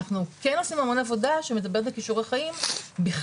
אנחנו כן עושים המון עבודה בכישורי חיים בכלל,